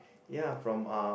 ya from uh